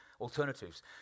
alternatives